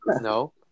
no